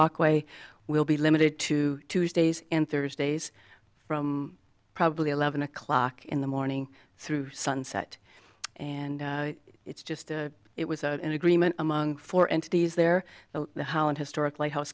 walkway will be limited to tuesdays and thursdays from probably eleven o'clock in the morning through sunset and it's just it was an agreement among four entities there the holland historic lighthouse